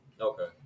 Okay